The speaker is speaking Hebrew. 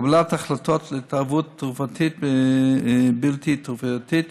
קבלת החלטות להתערבות תרופתית ובלתי תרופתית,